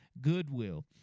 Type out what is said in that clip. goodwill